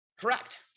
correct